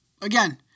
Again